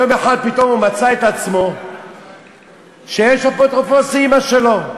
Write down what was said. יום אחד פתאום הוא מצא את עצמו שיש אפוטרופוס לאימא שלו,